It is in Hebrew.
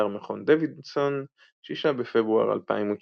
אתר מכון דוידסון, 6 בפברואר 2019